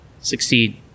Succeed